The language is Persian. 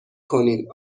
کنین